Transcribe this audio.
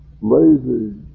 lazy